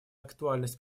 актуальность